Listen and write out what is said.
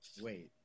Wait